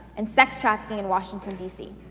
and sex trafficking in washington dc.